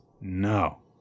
No